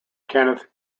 kenneth